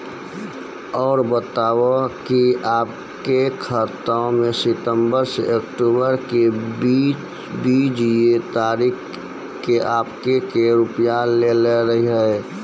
और बतायब के आपके खाते मे सितंबर से अक्टूबर के बीज ये तारीख के आपके के रुपिया येलो रहे?